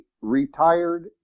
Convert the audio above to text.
retired